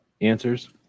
answers